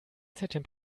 derzeit